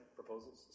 proposals